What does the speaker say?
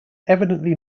evidently